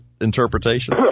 interpretation